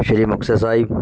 ਸ਼੍ਰੀ Muktsar ਸਾਹਿਬ